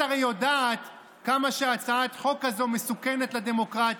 את הרי יודעת כמה הצעת החוק הזאת מסוכנת לדמוקרטיה.